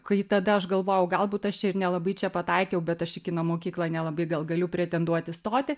kai tada aš galvojau galbūt aš čia ir nelabai čia pataikiau bet aš į kino mokyklą nelabai gal galiu pretenduoti stoti